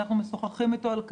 אנחנו משוחחים איתו על כך.